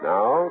Now